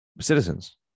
citizens